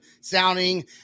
sounding